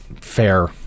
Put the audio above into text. fair